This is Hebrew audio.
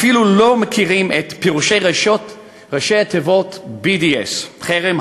ואפילו לא מכירים את פירוש ראשי התיבות BDS: חרם,